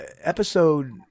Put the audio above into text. episode